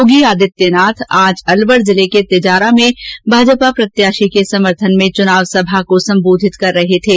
योगी आदित्यनाथ आज अलवर के तिजारा में भाजपा प्रत्याशी के समर्थन में चुनावसभा को संबोधित कर रहे थे